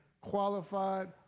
qualified